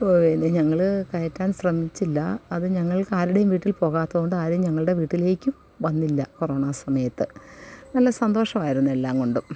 പിന്നെ ഞങ്ങള് കയറ്റാൻ ശ്രമിച്ചില്ല അത് ഞങ്ങൾക്കാരുടെയും വീട്ടിൽ പോകാത്തത് കൊണ്ടാരെയും ഞങ്ങളുടെ വീട്ടിലേക്കും വന്നില്ല കൊറോണ സമയത്ത് നല്ല സന്തോഷമായിരുന്നു എല്ലാം കൊണ്ടും